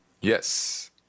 Yes